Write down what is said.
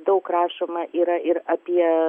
daug rašoma yra ir apie